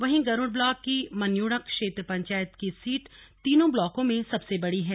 वहीं गरुड़ ब्लाक की मन्यूड़ा क्षेत्र पंचायत की सीट तीनों ब्लाकों में सबसे बड़ी है